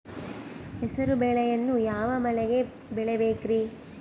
ಹೆಸರುಬೇಳೆಯನ್ನು ಯಾವ ಮಳೆಗೆ ಬೆಳಿಬೇಕ್ರಿ?